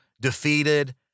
defeated